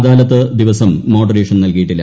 അദാലത്ത് ദിവസം മോഡറേഷൻ നൽകിയിട്ടില്ല